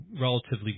relatively